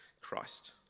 Christ